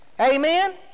Amen